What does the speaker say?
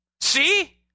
see